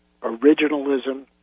originalism